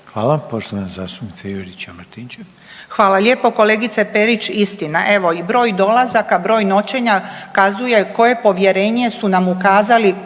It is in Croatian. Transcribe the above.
**Juričev-Martinčev, Branka (HDZ)** Hvala lijepo. Kolegice Perić istina je. Evo i broj dolazaka, broj noćenja kazuje koje povjerenje su nam ukazali